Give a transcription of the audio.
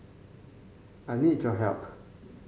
I need your help